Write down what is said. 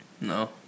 No